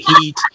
Heat